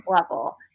level